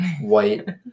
white